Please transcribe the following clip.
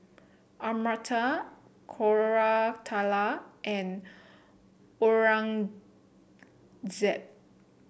Amartya Koratala and Aurangzeb